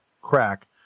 crack